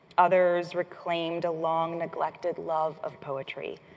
others reclaimed a long-neglected love of poetry.